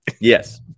Yes